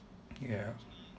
ya